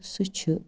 تہٕ سٔہ چھِ